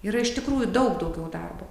yra iš tikrųjų daug daugiau darbo